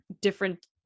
different